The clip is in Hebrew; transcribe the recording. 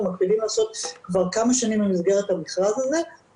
וסגירת היחידה לקידום נוער פשוט מחייבת להעלות סיפורים כמו שלי,